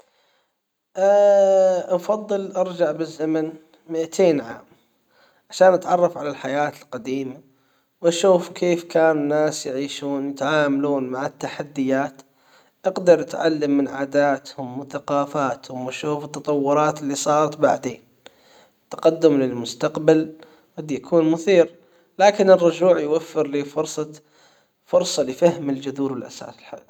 افضل ارجع بالزمن مائتين عام عشان أتعرف على الحياة القديمة واشوف كيف كان ناس يعيشون يتعاملون مع التحديات. اقدر تعلم من عاداتهم وثقافاتهم وأشوف التطورات اللي صارت بعدين تقدم للمستقبل قد يكون مثير لكن الرجوع يوفرلي فرصة فرصة لفهم الجذور الاساس الحياة